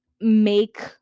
make